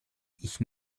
ich